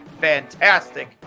fantastic